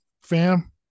fam